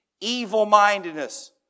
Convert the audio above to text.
evil-mindedness